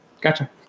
Gotcha